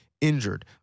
injured